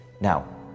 Now